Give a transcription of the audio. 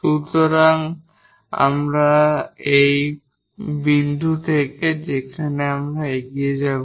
সুতরাং এই সেই বিন্দু যেখানে আমরা এখন এগিয়ে যাব